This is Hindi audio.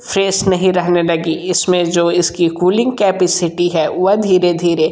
फ्रेस नहीं रहने लगी इसमें जो इसकी कूलिंग कैपेसिटी है वह धीरे धीरे